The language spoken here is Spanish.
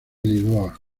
lisboa